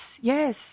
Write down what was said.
yes